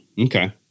Okay